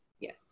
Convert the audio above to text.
yes